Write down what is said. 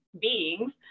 beings